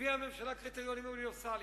הביאה הממשלה קריטריונים אוניברסליים.